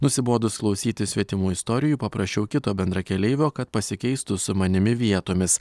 nusibodus klausytis svetimų istorijų paprašiau kito bendrakeleivio kad pasikeistų su manimi vietomis